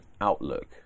outlook